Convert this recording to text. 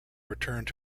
returned